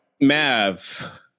Mav